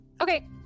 okay